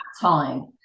time